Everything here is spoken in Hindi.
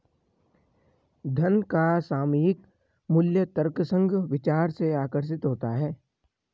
धन का सामयिक मूल्य तर्कसंग विचार से आकर्षित होता है